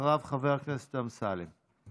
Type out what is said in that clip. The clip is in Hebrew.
אחריו, חבר הכנסת אמסלם.